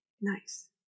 Nice